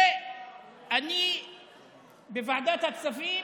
ובוועדת הכספים